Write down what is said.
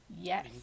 Yes